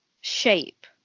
shape